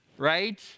right